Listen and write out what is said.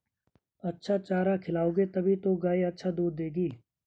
अच्छा चारा खिलाओगे तभी तो गाय अच्छा दूध देगी